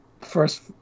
first